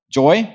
joy